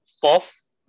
fourth